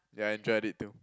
ya enjoyed it too